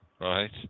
Right